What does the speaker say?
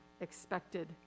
expected